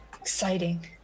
Exciting